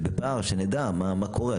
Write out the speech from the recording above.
שנדע מה קורה.